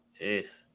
Jeez